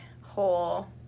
whole